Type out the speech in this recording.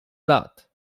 lat